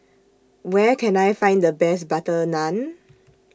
Where Can I Find The Best Butter Naan